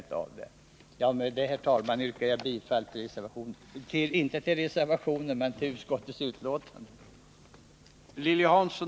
Med detta, herr talman, yrkar jag bifall till utskottets hemställan.